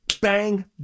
Bang